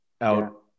out